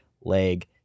leg